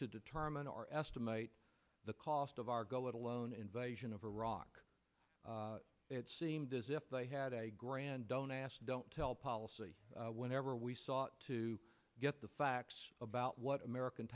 to determine or estimate the cost of our go let alone invasion of iraq it seemed as if they had a grand don't ask don't tell policy whenever we sought to get the facts about what american